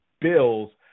Bills